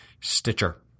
Stitcher